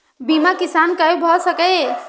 बीमा किसान कै भ सके ये?